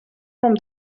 from